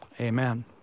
Amen